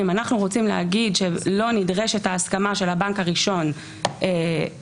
אם אנחנו רוצים להגיד שלא נדרשת ההסכמה של הבנק הראשון לצורך